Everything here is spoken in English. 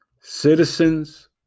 Citizens